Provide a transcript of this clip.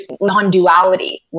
non-duality